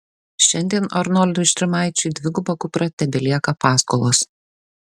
šiandien arnoldui štrimaičiui dviguba kupra tebelieka paskolos